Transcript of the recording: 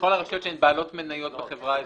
לכל הרשויות שהן בעלות מניות בחברה אזורית.